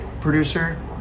producer